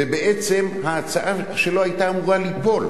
ובעצם ההצעה שלו היתה אמורה ליפול,